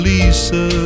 Lisa